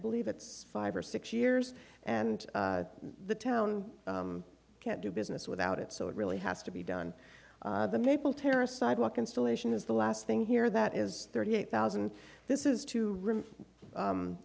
believe it's five or six years and the town can't do business without it so it really has to be done the maple terrace sidewalk installation is the last thing here that is thirty eight thousand this is to